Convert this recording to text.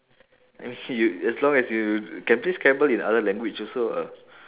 I mean you as long as you can play scrabble in other language also ah